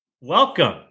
welcome